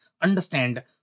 understand